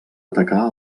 atacar